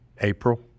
April